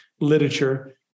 literature